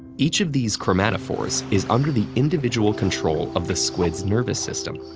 each of these chromatophores is under the individual control of the squid's nervous system,